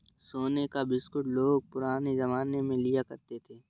सोने का बिस्कुट लोग पुराने जमाने में लिया करते थे